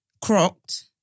Cropped